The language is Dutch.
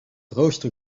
rooster